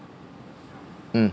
um